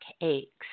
aches